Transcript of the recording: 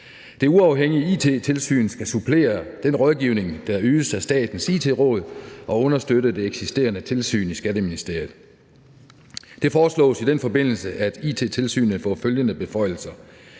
Det uafhængige It-tilsyn skal supplere den rådgivning, der ydes af Statens It-råd, og understøtte det eksisterende tilsyn i Skatteministeriet. Det foreslås i den forbindelse, at It-tilsynet får følgende beføjelser: